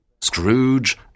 Scrooge